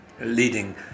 leading